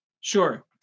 Sure